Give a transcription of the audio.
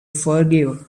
forgive